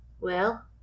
Well